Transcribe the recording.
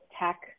tech